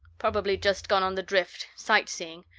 probably just gone on the drift, sight-seeing,